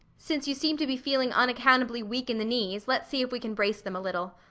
since you seem to be feeling unaccountably weak in the knees, let's see if we can brace them a little.